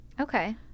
okay